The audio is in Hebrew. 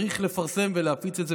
אז צריך לפרסם ולהפיץ את זה.